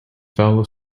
fellow